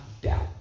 doubt